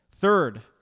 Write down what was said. Third